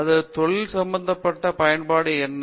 அது தொழில் சம்பந்தமாக பயன்பாடு என்ன